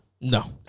No